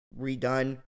redone